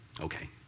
Okay